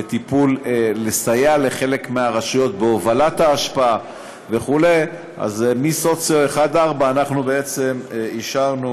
לסייע לחלק מהרשויות בהובלת האשפה וכו' אז מסוציו 1 4 אנחנו בעצם אישרנו